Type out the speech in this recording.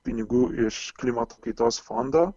pinigų iš klimato kaitos fondo